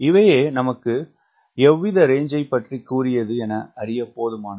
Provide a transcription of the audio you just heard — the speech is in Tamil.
இவையே நமக்கு எவ்வித ரேஞ்சைப் பற்றிக்கூறுகிறது என அறியப்போதுமானவை